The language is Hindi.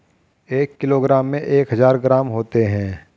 एक किलोग्राम में एक हजार ग्राम होते हैं